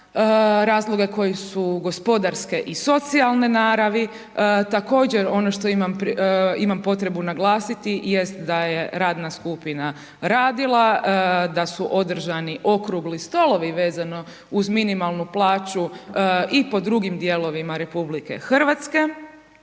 razloge koji su gospodarske i socijalne naravi. Također, ono što imam potrebu naglasiti jest da je radna skupina radila, da su održani okrugli stolovi vezano uz minimalnu plaću i po drugim dijelovima Republike Hrvatske.